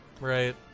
right